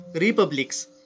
Republics